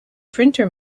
printer